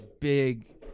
big